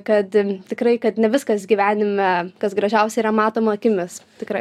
kad tikrai kad ne viskas gyvenime kas gražiausia yra matoma akimis tikrai